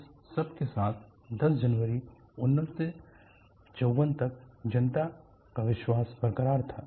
इस सब के साथ 10 जनवरी 1954 तक जनता का विश्वास बरकरार था